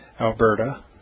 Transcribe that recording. Alberta